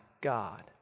God